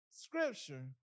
Scripture